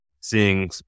seeing